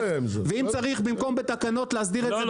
ואם צריך במקום בתקנות להסדיר את זה בחוק --- לא,